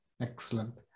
Excellent